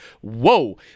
whoa